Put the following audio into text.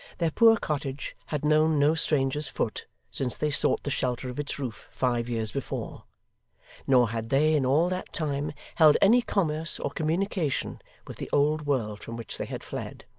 their poor cottage had known no stranger's foot since they sought the shelter of its roof five years before nor had they in all that time held any commerce or communication with the old world from which they had fled.